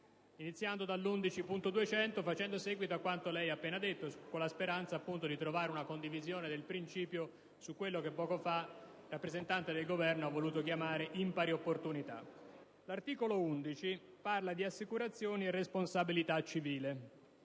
l'emendamento 11.200, facendo seguito a quanto lei ha appena detto, con la speranza di trovare una condivisione di principio su quello che poco fa il rappresentante del Governo ha voluto chiamare impari opportunità. L'articolo 11 parla di assicurazione e responsabilità civile;